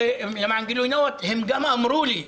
למען גילוי נאות, הם גם אמרו לי: